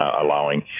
allowing